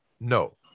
No